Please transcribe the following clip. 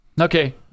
Okay